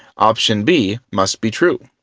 option b must be true.